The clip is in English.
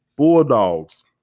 Bulldogs